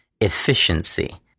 efficiency